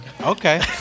Okay